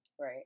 Right